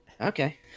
okay